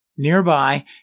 Nearby